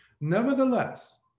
Nevertheless